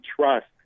trust